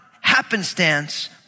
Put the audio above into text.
happenstance